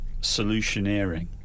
solutioneering